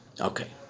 Okay